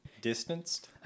Distanced